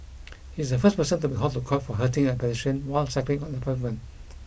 he is the first person to be hauled to court for hurting a pedestrian while cycling on the pavement